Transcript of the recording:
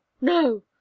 no